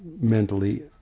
mentally